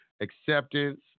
acceptance